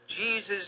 Jesus